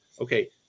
okay